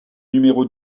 numéro